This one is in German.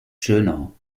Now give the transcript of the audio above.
schönau